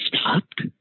Stopped